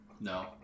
No